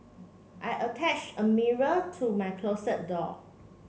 I attached a mirror to my closet door